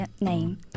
name